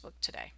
today